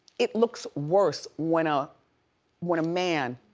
it looks worse when ah when a man